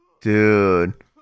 Dude